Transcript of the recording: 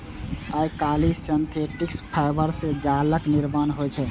आइकाल्हि synthetic fibre सं जालक निर्माण होइ छै